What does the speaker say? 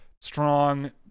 strong